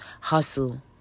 hustle